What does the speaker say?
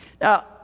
Now